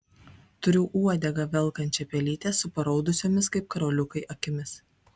turiu uodegą velkančią pelytę su paraudusiomis kaip karoliukai akimis